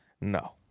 No